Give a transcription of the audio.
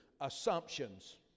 assumptions